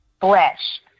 flesh